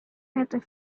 had